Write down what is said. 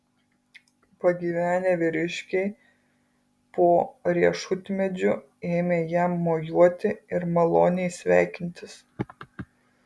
pagyvenę vyriškiai po riešutmedžiu ėmė jam mojuoti ir maloniai sveikintis